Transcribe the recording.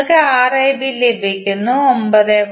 നിങ്ങൾക്ക് Rab ലഭിക്കുന്നു 9